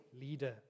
leader